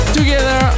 together